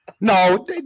No